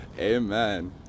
Amen